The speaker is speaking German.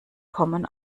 kommen